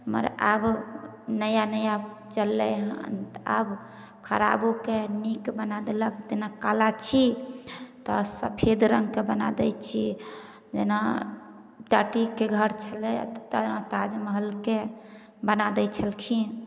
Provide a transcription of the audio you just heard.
मगर आब नया नया चललै हन तऽ आब खराबोके नीक बना देलक जेना काला छी तऽ सफेद रंगके बना दै छै जेना टाटीके घर छेलै तेकरा ताजमहलके बना दै छलखिन